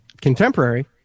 Contemporary